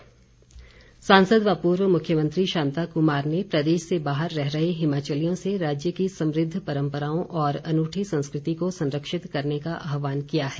शांता कुमार सांसद व पूर्व मुख्यमंत्री शांता कुमार ने प्रदेश से बाहर रह रहे हिमाचलियों से राज्य की समृद्व परम्पराओं और अनूठी संस्कृति को संरक्षित करने का आह्वान किया है